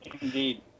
Indeed